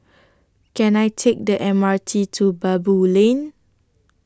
Can I Take The M R T to Baboo Lane